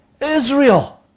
Israel